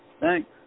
Thanks